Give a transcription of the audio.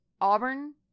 Auburn